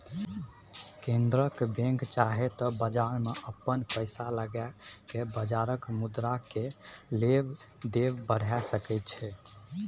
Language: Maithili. केंद्रक बैंक चाहे त बजार में अपन पैसा लगाई के बजारक मुद्रा केय लेब देब बढ़ाई सकेए